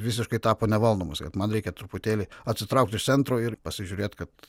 visiškai tapo nevaldomas kad man reikia truputėlį atsitraukti iš centro ir pasižiūrėti kad